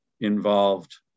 involved